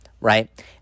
right